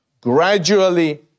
gradually